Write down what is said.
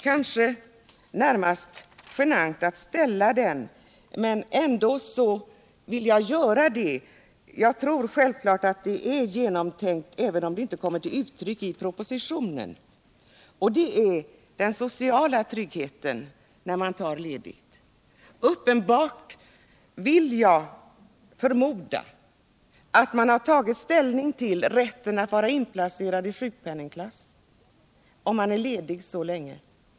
Det känns närmast genant att ställa den, men jag vill ändå göra det — jag tror självfallet att svaret på den är genomtänkt, även om detta inte kommer till uttryck i propositionen. Frågan gäller den sociala tryggheten vid föräldraledighet. Har man tagit ställning till rätten för en förälder att vara inplacerad i sjukpenningklass, om föräldern är ledig länge?